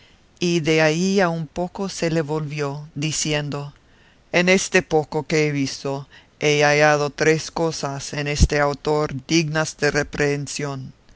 y de allí a un poco se le volvió diciendo en esto poco que he visto he hallado tres cosas en este autor dignas de reprehensión